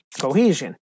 cohesion